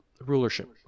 rulership